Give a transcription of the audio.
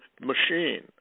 machine